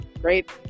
Great